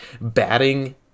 batting